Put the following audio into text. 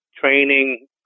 training